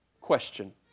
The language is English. question